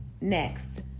Next